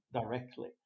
directly